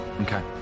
Okay